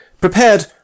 Prepared